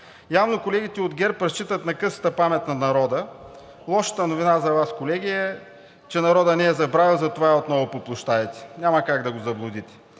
Явно колегите от ГЕРБ разчитат на късата памет на народа. Лошата новина за Вас, колеги, е, че народът не е забравил, затова отново е по площадите. Няма как да го заблудите!